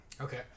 Okay